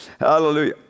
Hallelujah